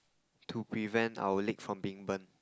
to prevent our leg from being burned